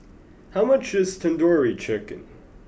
how much is Tandoori Chicken